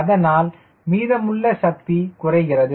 அதனால் மீதமுள்ள சக்தி குறைகிறது